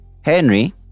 Henry